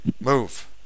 Move